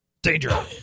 Danger